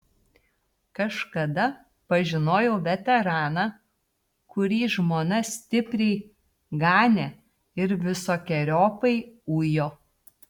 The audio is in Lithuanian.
kažkada pažinojau veteraną kurį žmona stipriai ganė ir visokeriopai ujo